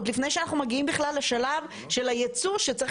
עוד לפני שאנחנו מגיעים לשלב של הייצוא שצריך